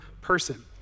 person